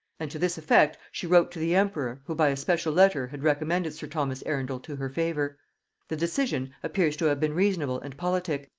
and to this effect she wrote to the emperor, who by a special letter had recommended sir thomas arundel to her favor the decision appears to have been reasonable and politic,